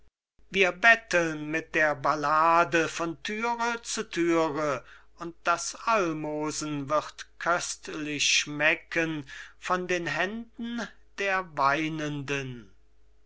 zerriß wir betteln mit der ballade von thüre zu thüre und das almosen wird köstlich schmecken von den händen der